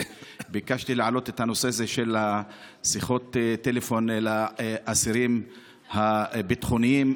וביקשתי להעלות את הנושא הזה של שיחות הטלפון לאסירים הביטחוניים.